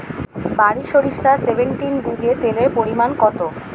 বারি সরিষা সেভেনটিন বীজে তেলের পরিমাণ কত?